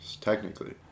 technically